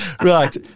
Right